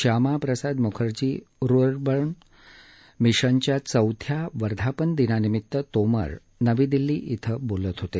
Shyamaprasad Mukherjee rurban मिशनच्या चौथ्या वर्धापन दिनानिमित तोमर नवी दिल्ली इथं बोलत होते